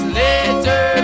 later